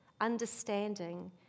understanding